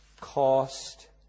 cost